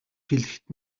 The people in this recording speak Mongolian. хэлэхэд